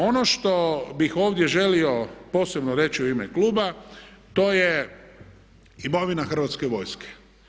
Ono što bih ovdje želio posebno reći u ime kluba to je imovina Hrvatske vojske.